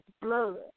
blood